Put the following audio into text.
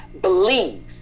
Believe